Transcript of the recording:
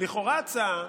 לכאורה הצעה